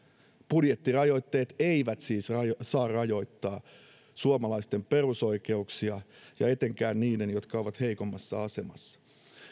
budjettirajoitteet eivät siis saa rajoittaa suomalaisten perusoikeuksia etenkään niiden perusoikeuksia jotka ovat heikoimmassa asemassa